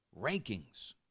rankings